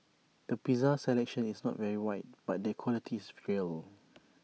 the pizza selection is not very wide but the quality is real